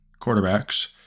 quarterbacks